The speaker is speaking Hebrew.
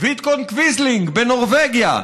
וידקון קוויזלינג בנורבגיה,